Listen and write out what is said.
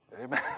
Amen